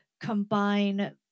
combine